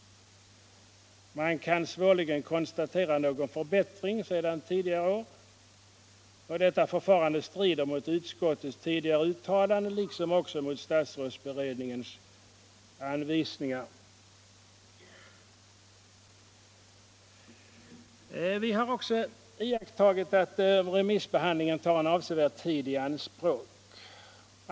Man kan svårligen konstatera någon förbättring sedan tidigare år, och detta förfarande strider mot utskottets förut gjorda uttalande liksom mot statsrådsberedningens anvisningar. Vi har också iakttagit att remissbehandlingen tar en avsevärd tid i anspråk.